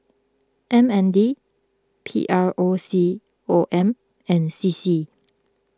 M N D P R O C O M and C C